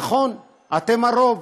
נכון, אתם הרוב.